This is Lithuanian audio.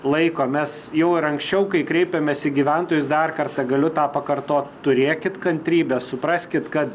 laiko mes jau ir anksčiau kai kreipėmės į gyventojus dar kartą galiu tą pakartot turėkit kantrybės supraskit kad